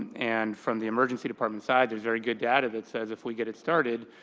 and from the emergency department side, there's very good data that says if we get it started,